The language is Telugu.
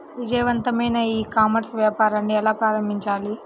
విజయవంతమైన ఈ కామర్స్ వ్యాపారాన్ని ఎలా ప్రారంభించాలి?